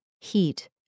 heat